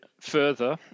further